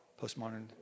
postmodern